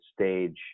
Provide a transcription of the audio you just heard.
stage